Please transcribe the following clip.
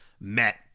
Met